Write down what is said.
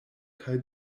kaj